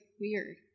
weird